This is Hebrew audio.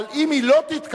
אבל אם היא לא תתקבל,